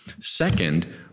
Second